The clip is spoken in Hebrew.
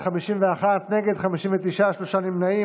של קבוצת סיעת הליכוד,